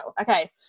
okay